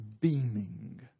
beaming